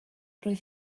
roedd